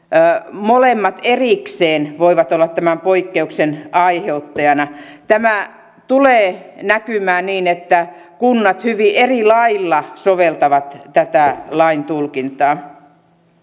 molemmat erikseen voivat olla tämän poikkeuksen aiheuttajana tämä tulee näkymään niin että kunnat hyvin eri lailla soveltavat tätä lain tulkintaa